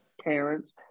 parents